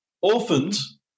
Orphans